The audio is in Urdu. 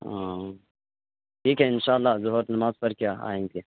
آں ٹھیک ہے انشاء اللہ ظہر کی نماز پڑھ کے آئیں گے